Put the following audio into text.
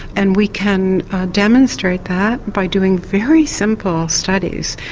and we can demonstrate that by doing very simple studies.